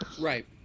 right